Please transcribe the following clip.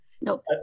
Nope